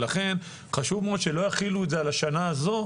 לכן חשוב מאוד שלא יחילו את זה על השנה הזו,